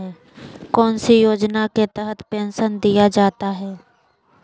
कौन सी योजना के तहत पेंसन दिया जाता है?